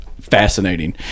fascinating